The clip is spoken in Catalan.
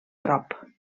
prop